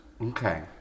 Okay